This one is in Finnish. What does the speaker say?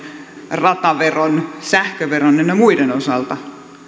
rataveron sähköveron ynnä muiden osalta